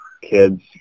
kids